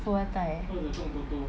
富二代